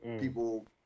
people